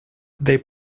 they